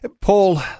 Paul